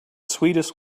sweetest